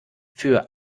für